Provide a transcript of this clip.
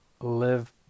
live